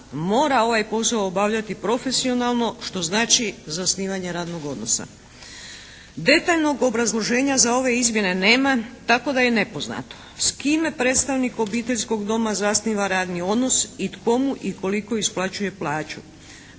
mora ovaj posao obavljati profesionalno što znači zasnivanje radnog odnosa. Detaljnog obrazloženja za ove izmjene nema tako da je nepoznato s kime predstavnik obiteljskog doma zasniva radni odnos i tko mu i koliko isplaćuje plaću.